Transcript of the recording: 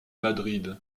madrid